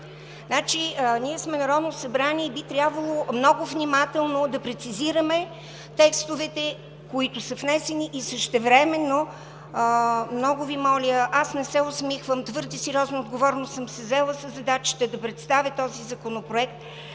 Ние сме Народно събрание и би трябвало много внимателно да прецизираме текстовете, които са внесени. Същевременно, много Ви моля, аз не се усмихвам, а твърде сериозно и отговорно съм се заела със задачите да представя този законопроект